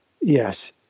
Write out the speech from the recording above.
yes